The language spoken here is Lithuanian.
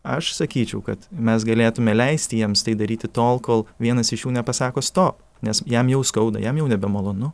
aš sakyčiau kad mes galėtume leisti jiems tai daryti tol kol vienas iš jų nepasako stop nes jam jau skauda jam jau nebemalonu